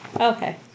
Okay